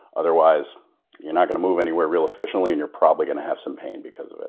otherwise you're not going to move anywhere real efficiently, and you're probably going to have some pain because of it.